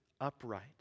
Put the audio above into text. upright